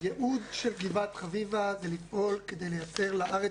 הייעוד של גבעת חביבה הוא לפעול כדי לייצר לארץ